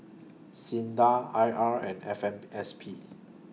SINDA I R and F M S P